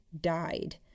died